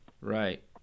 right